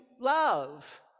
love